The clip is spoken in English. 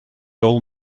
old